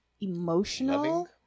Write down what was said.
emotional